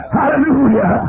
Hallelujah